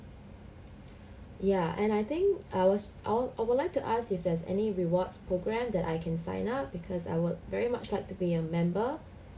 ya and I think I was out I would like to ask if there's any rewards program that I can sign up because I would very much like to be a member